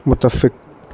متفق